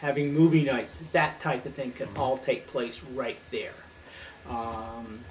having movie nights that type of thing could paul take place right there